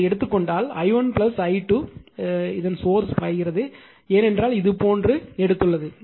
எனவே இதை எடுத்துக் கொண்டால் i1 i2 இதன் சோர்ஸ் பாய்கிறது ஏனென்றால் இதுபோன்று எடுத்துள்ளது